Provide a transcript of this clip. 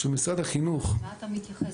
למה אתה מתייחס?